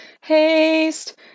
Haste